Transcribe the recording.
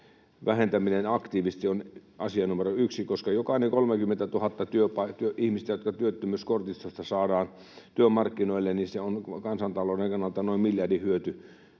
vähentäminen aktiivisesti on asia numero yksi, koska jokainen 30 000 ihmisestä, jotka työttömyyskortistosta saadaan työmarkkinoille, on kansantalouden kannalta noin miljardin hyöty